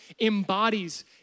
embodies